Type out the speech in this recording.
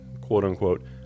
quote-unquote